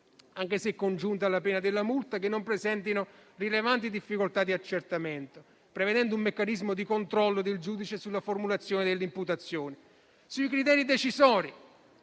anche se congiunta alla pena della multa, che non presentino rilevanti difficoltà di accertamento, prevedendo un meccanismo di controllo del giudice sulla formulazione dell'imputazione. Incide